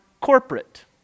corporate